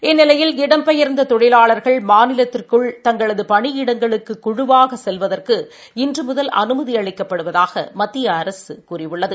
இந்நிலையில் இடம்பெயர்ந்த தொழிலாளர்கள் மாநிலத்திற்குள் தங்களது பணி இடங்களுக்குச் குழுவாக செல்வதற்கு இன்று முதல் அனுமதி அளிக்கப்படுவதாக மத்திய அரசு கூறியுள்ளது